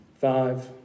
Five